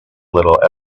little